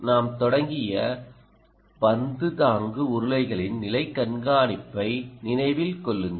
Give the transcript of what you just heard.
நாம் தொடங்கிய பந்து தாங்கு உருளைகளின் நிலை கண்காணிப்பை நினைவில் கொள்ளுங்கள்